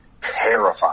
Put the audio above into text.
terrified